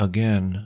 Again